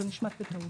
זה נשמט בטעות.